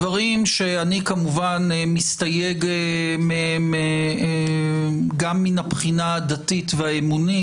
דברים שאני כמובן מסתייג מהם גם מהבחינה הדתית והאמונית.